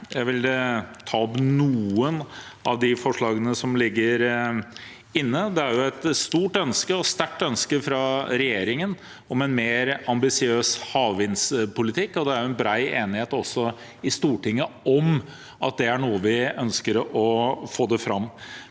Jeg vil ta opp noen av forslagene som ligger inne. Det er et stort og sterkt ønske fra regjeringen om en mer ambisiøs havvindpolitikk, og det er bred enighet i Stortinget om at det er noe vi ønsker å få fram.